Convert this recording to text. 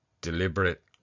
deliberate